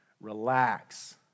relax